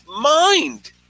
mind